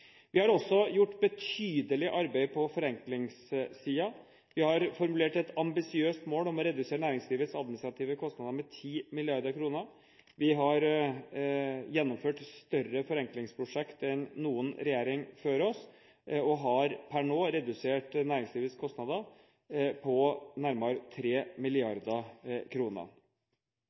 Vi har også gjort et betydelig arbeid på forenklingssiden. Vi har formulert et ambisiøst mål om å redusere næringslivets administrative kostnader med 10 mrd. kr. Vi har gjennomført større forenklingsprosjekter enn noen regjering før oss og har per nå redusert næringslivets kostnader med nærmere